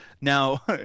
Now